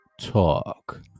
talk